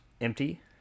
empty